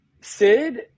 Sid